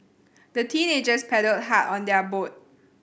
the teenagers paddled hard on their boat